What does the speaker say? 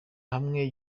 hamwe